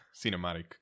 cinematic